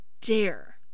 dare